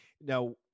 Now